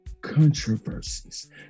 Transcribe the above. controversies